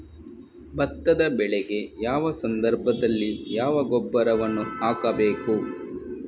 ಭತ್ತದ ಬೆಳೆಗೆ ಯಾವ ಸಂದರ್ಭದಲ್ಲಿ ಯಾವ ಗೊಬ್ಬರವನ್ನು ಹಾಕಬೇಕು?